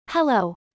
Hello